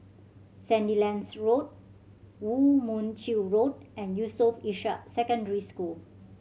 Sandilands Road Woo Mon Chew Road and Yusof Ishak Secondary School